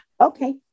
Okay